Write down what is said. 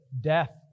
death